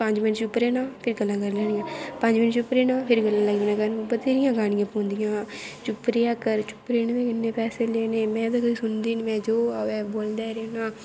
पंज मिन्ट चुप्प रैह्ना फिर गल्लां करी लैनियां पंज मिन्ट चुप्प रैह्ना फिर गल्लां लगी पौंना करन बधाईयां गानां पौंदियां चुप्प रेहा कर चुप रैह्ने दे किन्ने पैसे लैने में ते कदैं सुनदी नी जो अवै बोलदे रैह्ना